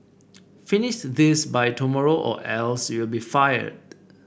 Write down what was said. finish this by tomorrow or else you'll be fired